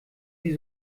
sie